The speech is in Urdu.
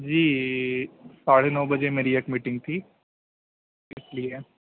جی ساڑھے نو بجے میری ایک میٹنگ تھی اس لیے